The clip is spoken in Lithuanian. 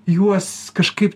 juos kažkaip tai